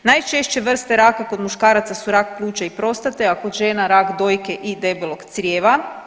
Najčešće vrste raka kod muškaraca su rak pluća i prostate, a kod žena rak dojke i debelog crijeva.